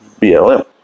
BLM